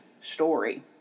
story